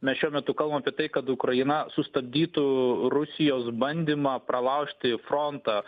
mes šiuo metu kalbam apie tai kad ukraina sustabdytų rusijos bandymą pralaužti frontą